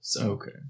Okay